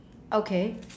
okay